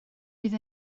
bydd